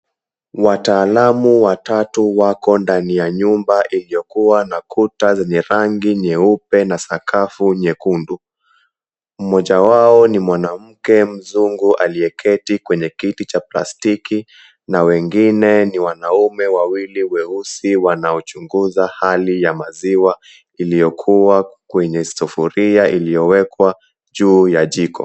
Wataalamu watatu wako ndani ya nyumba iliyokuwa na kuta za rangi nyeupe na sakafu nyekundu. Mmoja wao ni mwanamke mzungu aliyeketi kwenye kiti cha plastiki na wengine ni wanaume wawili weusi wanaochunguza hali ya maziwa iliyokuwa kwenye sufuria iliyowekwa juu ya jiko.